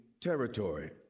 territory